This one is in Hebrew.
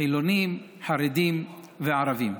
חילונים, חרדים וערבים.